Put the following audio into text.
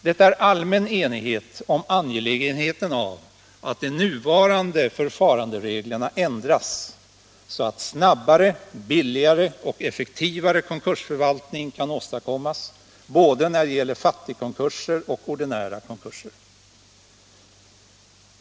Det är allmän enighet om angelägenheten av att de nuvarande förfarandereglerna ändras, så att snabbare, billigare och effektivare konkursförvaltning kan åstadkommas, när det gäller både fattigkonkurser och ordinära konkurser.